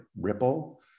Ripple